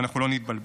ואנחנו לא נתבלבל.